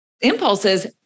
impulses